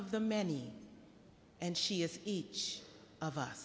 of the many and she is each of us